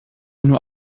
nur